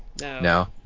No